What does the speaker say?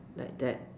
like that